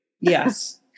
Yes